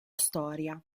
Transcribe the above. storia